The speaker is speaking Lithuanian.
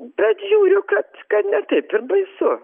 bet žiūriu kad ne taip ir baisu